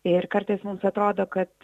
ir kartais mums atrodo kad